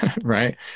Right